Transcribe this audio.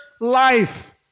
life